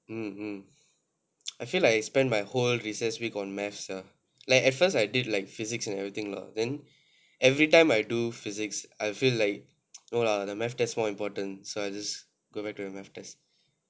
mm mm I feel like I spend my whole recess week on math sia like at first I did like physics and everything lah then everytime I do physics I feel like no lah the math test more important so I just go back to the math test